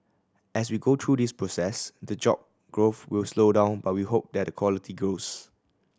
as we go through this process the job growth will slow down but we hope that the quality grows